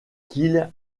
qu’il